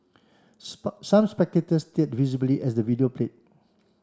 some spectators teared visibly as the video play